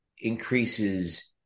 increases